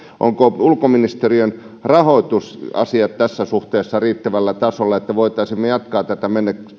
ovatko ulkoministeriön rahoitusasiat tässä suhteessa riittävällä tasolla niin että voisimme jatkaa tätä